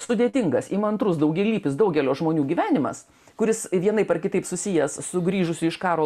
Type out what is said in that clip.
sudėtingas įmantrus daugialypis daugelio žmonių gyvenimas kuris vienaip ar kitaip susijęs su grįžusiu iš karo